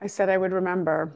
i said i would remember